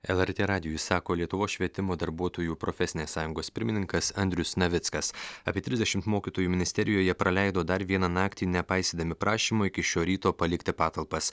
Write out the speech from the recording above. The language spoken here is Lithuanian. elertė radijui sako lietuvos švietimo darbuotojų profesinės sąjungos pirmininkas andrius navickas apie trisdešimt mokytojų ministerijoje praleido dar vieną naktį nepaisydami prašymo iki šio ryto palikti patalpas